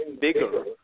bigger